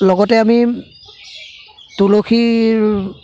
লগতে আমি তুলসীৰ